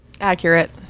accurate